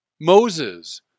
Moses